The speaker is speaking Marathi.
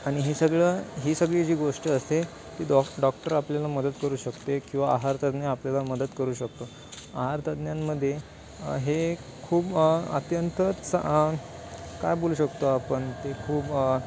आणि हे सगळं ही सगळी जी गोष्ट असते ती डॉ डॉक्टर आपल्याला मदत करू शकते किंवा आहारतज्ञ आपल्याला मदत करू शकतो आहारतज्ञांमध्ये हे खूप अत्यंत चां काय बोलू शकतो आपण ते खूप